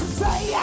say